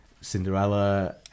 Cinderella